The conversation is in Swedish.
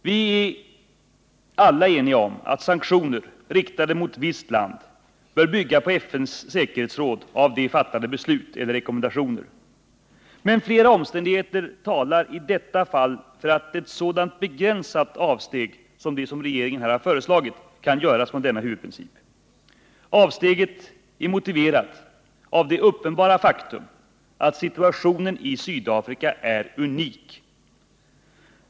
Vi är alla eniga om att sanktioner riktade mot visst land bör bygga på av FN:s säkerhetsråd fattade beslut eller rekommendationer. Men flera omständigheter talar i detta fall för att ett sådant begränsat avsteg som regeringen här har föreslagit kan göras från denna huvudprincip. Avsteget är motiverat av det uppenbara faktum att situationen i Sydafrika är unik.